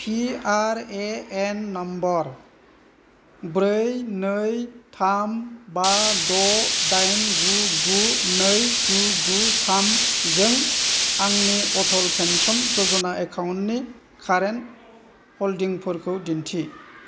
P R A N number ब्रै नै थाम बा द' दाइन गु गु नै गु गु थामजों आंनि अटल पेन्सन य'जना एकाउन्टनि कारेन्ट हल्डिंफोरखौ दिन्थि